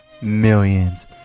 Millions